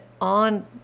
on